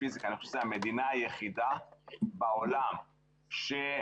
פיזיקה אני חושב שזו המדינה היחידה בעולם שמתקציב